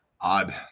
odd